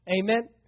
Amen